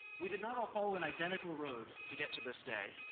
we did not all follow an identical road to get to this day.